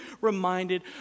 reminded